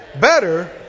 better